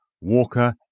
Walker